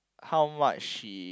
how much she